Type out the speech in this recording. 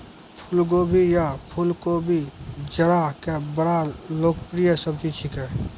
फुलगोभी या फुलकोबी जाड़ा के बड़ा लोकप्रिय सब्जी छेकै